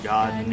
God